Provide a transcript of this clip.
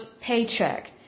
paycheck